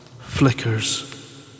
flickers